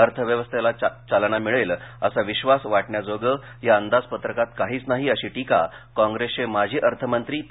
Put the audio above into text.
अर्थव्यवस्थेला चालना मिळेल असा विश्वास वाटण्याजोगं या अंदाजपत्रकात काहीच नाही अशी टीका काँप्रेसचे माजी अर्थमंत्री पी